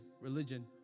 religion